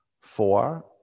Four